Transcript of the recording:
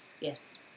Yes